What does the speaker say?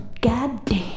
Goddamn